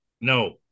No